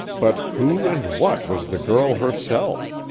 but who and what was the girl herself?